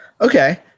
Okay